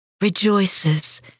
rejoices